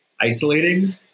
isolating